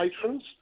patrons